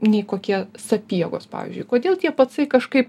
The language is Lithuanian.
nei kokie sapiegos pavyzdžiui kodėl tie pacai kažkaip